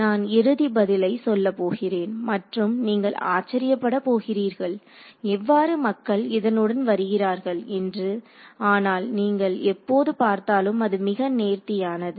நான் இறுதி பதிலை சொல்ல போகிறேன் மற்றும் நீங்கள் ஆச்சரியப்பட போகிறீர்கள் எவ்வாறு மக்கள் இதனுடன் வருகிறார்கள் என்று ஆனால் நீங்கள் எப்போது பார்த்தாலும் அது மிக நேர்த்தியானது